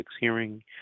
hearing